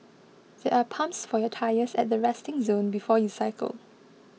there are pumps for your tyres at the resting zone before you cycle